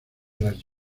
las